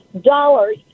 dollars